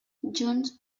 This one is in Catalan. junts